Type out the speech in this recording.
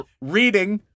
reading